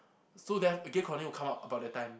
so then gear chrono will come out about that time